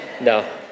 No